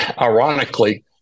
Ironically